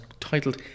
titled